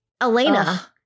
Elena